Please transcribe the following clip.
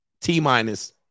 T-minus